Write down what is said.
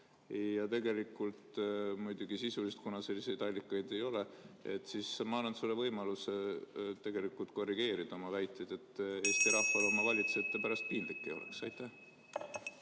Ja tegelikult muidugi sisuliselt, kuna selliseid allikaid ei ole, ma annan sulle võimaluse korrigeerida oma väiteid, et Eesti rahval oma valitsejate pärast piinlik ei oleks. Erki